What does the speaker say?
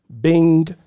bing